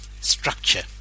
Structure